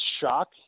shock